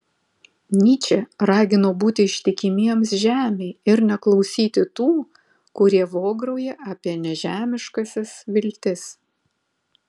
nyčė ragino būti ištikimiems žemei ir neklausyti tų kurie vograuja apie nežemiškąsias viltis